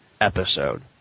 episode